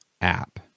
app